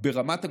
ברמת הגולן,